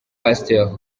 pastor